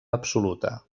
absoluta